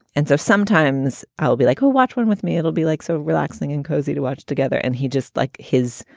and so sometimes i'll be like, oh, watch one with me. it'll be like so relaxing and cozy to watch together. and he just like his.